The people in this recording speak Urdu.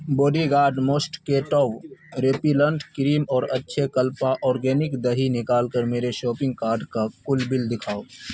body guard mosquito repellent cream اور اچھے کلپا آرگینک دہی نکال کر میرے شاپنگ کارٹ کا کل بل دکھاؤ